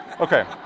Okay